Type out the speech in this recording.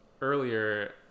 earlier